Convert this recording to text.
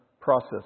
process